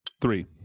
Three